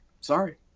Sorry